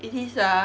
it is ah